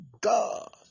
God